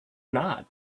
not